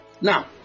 Now